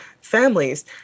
families